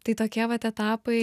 tai tokie vat etapai